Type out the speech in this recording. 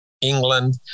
England